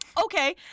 Okay